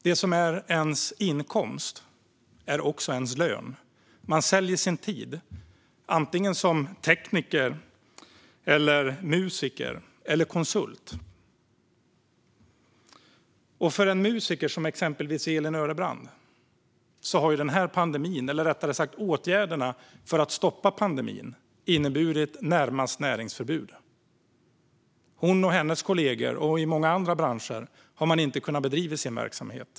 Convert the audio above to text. Det som är ens inkomst är också ens lön. Man säljer sin tid, antingen som tekniker, som musiker eller som konsult. För en musiker som exempelvis Elin Örebrand har pandemin, eller rättare sagt åtgärderna för att stoppa pandemin, närmast inneburit näringsförbud. Hon och hennes kollegor, liksom människor i många andra branscher, har inte kunnat bedriva sin verksamhet.